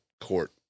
court